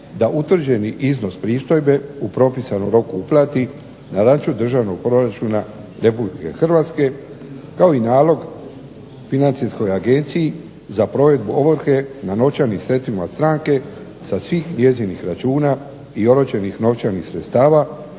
da utvrđeni iznos pristojbe u propisanom roku uplati na račun državnog proračuna Republike Hrvatske, kao i nalog Financijskoj agenciji za provedbu ovrhe na novčanim sredstvima stranke sa svih njezinih računa i oročenih novčanih sredstava